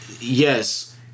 Yes